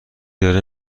داره